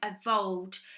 evolved